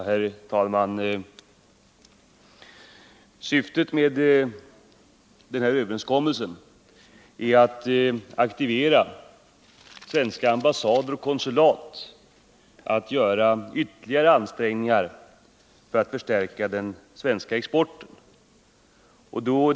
Herr talman! Syftet med den överenskommelse som träffats är att aktivera svenska ambassader och konsulat att göra ytterligare ansträngningar för att stärka den svenska exporten.